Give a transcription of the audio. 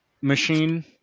machine